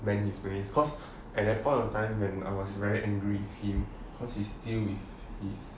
when he's very nice cause at that point of time and I was very angry him cause he's still with his